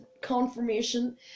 Confirmation